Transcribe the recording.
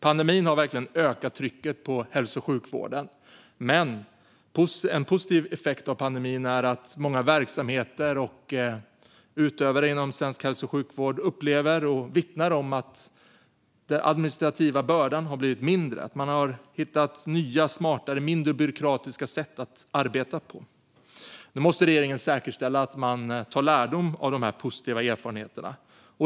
Pandemin har verkligen ökat trycket på hälso och sjukvården, men en positiv effekt av pandemin är att många verksamheter och vårdanställda vittnar om att den administrativa bördan har blivit mindre och att man hittat nya smartare och mindre byråkratiska sätt att arbeta på. Nu måste regeringen säkerställa att man tar lärdom av dessa positiva erfarenheter.